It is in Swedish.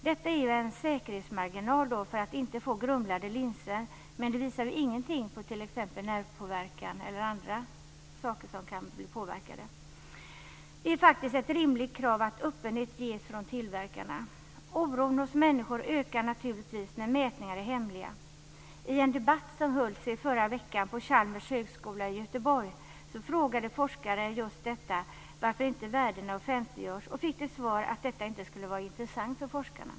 Detta är en säkerhetsmarginal för att inte få grumlade linser, men det visar inget om t.ex. nervpåverkan eller annat som kan bli påverkat. Det är faktiskt ett rimligt krav att öppenhet ges från tillverkarna. Oron hos människor ökar naturligtvis när mätningar är hemliga. I en debatt som hölls i förra veckan på Chalmers högskola i Göteborg frågade forskare just detta, varför inte värdena offentliggörs. De fick till svar att detta inte skulle vara intressant för forskarna.